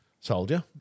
soldier